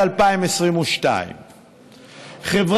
עד 2022. ספנות,